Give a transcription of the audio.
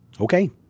okay